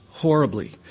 horribly